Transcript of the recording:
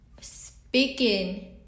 Speaking